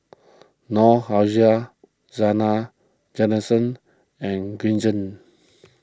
Noor Aishah Zena Tessensohn and Green Zeng